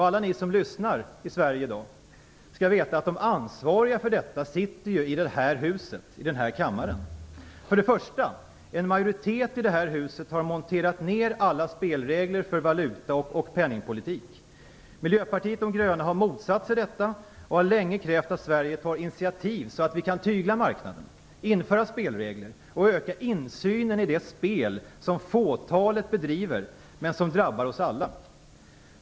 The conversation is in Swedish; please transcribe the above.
Alla ni som lyssnar i Sverige i dag skall veta att de som är ansvariga för detta sitter i detta hus - i denna kammare. För det första: En majoritet i detta hus har monterat ned alla spelregler för valuta och penningpolitik. Miljöpartiet de gröna har motsatt sig detta och länge krävt att Sverige tar initiativ så att vi kan tygla marknaden, införa spelregler och öka insynen i det spel som fåtalet bedriver men som drabbar oss alla.